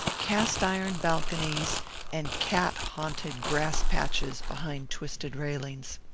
cast-iron balconies and cat-haunted grass-patches behind twisted railings.